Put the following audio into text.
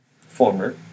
former